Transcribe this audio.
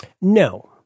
No